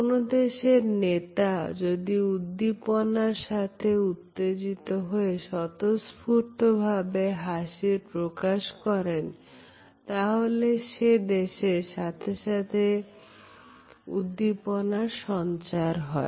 কোন দেশের নেতা যদি উদ্দীপনার সাথে উত্তেজিত হয়ে স্বতঃস্ফূর্তভাবে হাসির প্রকাশ করেন তাহলে সে দেশে সাথে সাথে উদ্দীপনার সঞ্চার হয়